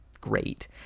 great